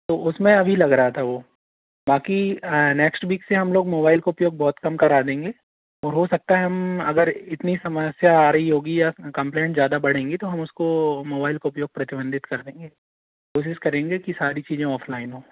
तो उस में अभी लग रहा था वो बाक़ी नेक्स्ट वीक से हम लोग मोबाइल का उपयोग बहुत कम करा देंगे हो सकता है हम अगर इतनी समस्या आ रही होगी या कंप्लेंट ज़्यादा बढ़ेंगी तो हम उसको मोबाइल का उपयोग प्रतिबंधित कर देंगे कोशिश करेंगे कि सारी चीज़ ऑफलाइन हो